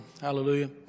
Hallelujah